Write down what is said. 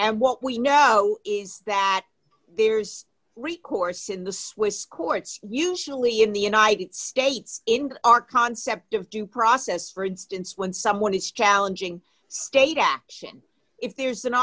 and what we know is that there's recourse in the swiss courts usually in the united states in our concept of due process for instance when someone is challenging state action if there's an